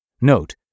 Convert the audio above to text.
Note